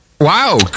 Wow